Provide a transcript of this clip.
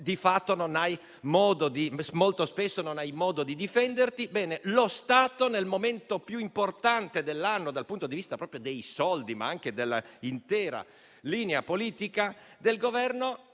spesso non hai modo di difenderti. Bene, lo Stato, nel momento più importante dell'anno dal punto di vista finanziario, ma anche dell'intera linea politica del Governo,